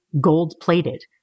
gold-plated